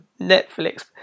Netflix